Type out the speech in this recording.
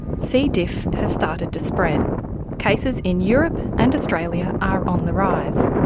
c. diff has started to spread cases in europe and australia are on the rise.